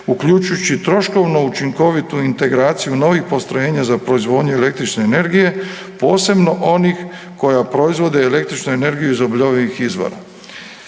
uključujući i troškovnu učinkovitu integraciju novih postrojenja za proizvodnju električne energije, posebno onih koja proizvode električnu energiju iz obnovljivih izvora.